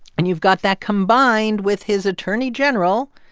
and you've got that combined with his attorney general,